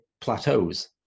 plateaus